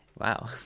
wow